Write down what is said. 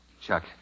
Chuck